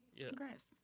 Congrats